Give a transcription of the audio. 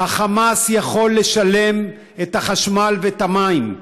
ה"חמאס" יכול לשלם את החשמל ואת המים.